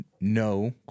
no